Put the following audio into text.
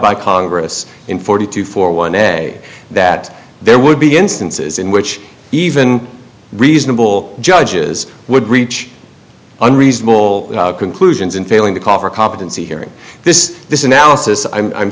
by congress in forty two for one day that there would be instances in which even reasonable judges would reach unreasonable conclusions in failing to call for a competency hearing this this analysis i'm i'm